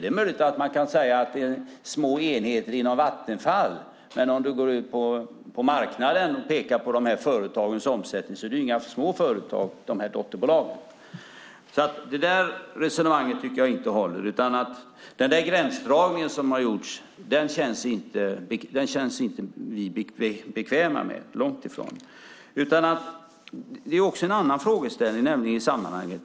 Det är möjligt att man kan säga att det är små enheter inom Vattenfall, men om man går ut på marknaden och pekar på dessa dotterbolags omsättning ser man att det inte är några små företag. Jag tycker inte att resonemanget håller. Den gränsdragning som har gjorts känner vi oss långt ifrån bekväma med. Det finns också en annan frågeställning i sammanhanget.